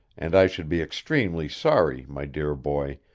and i should be extremely sorry, my dear boy,